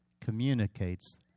communicates